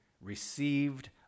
received